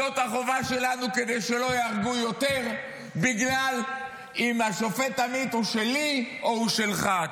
זאת החובה שלנו כדי שלא ייהרגו יותר בגלל שהשופט עמית הוא שלי או שלך.